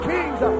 Kings